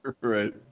right